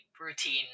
routine